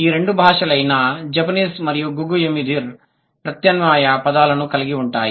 ఈ రెండు భాషలైన జపనీస్ మరియు గుగు యిమిధీర్ ప్రత్యామ్నాయ పదాలను కలిగి ఉంటాయి